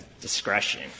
discretion